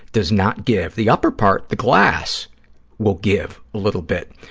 does not give. the upper part, the glass will give a little bit,